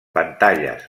pantalles